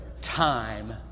Time